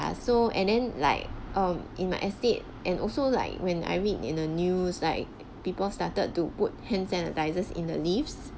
so and then like um in my estate and also like when I read in the news like people started to put hand sanitizers in the lifts